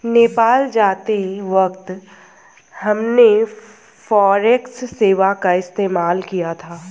नेपाल जाते वक्त हमने फॉरेक्स सेवा का इस्तेमाल किया था